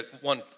one